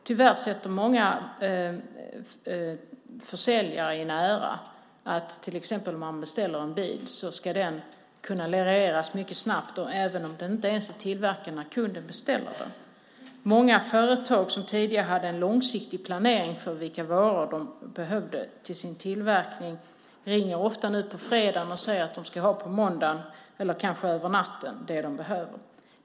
Tyvärr sätter många försäljare en ära i att den som beställer till exempel en bil ska kunna få den levererad mycket snabbt, även om den inte ens är tillverkad när kunden beställer den. Många företag som tidigare hade en långsiktig planering för vilka varor de behövde i sin tillverkning ringer numera ofta på fredagen och säger att de behöver en vara på måndagen eller kanske över natten.